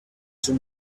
too